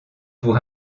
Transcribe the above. pour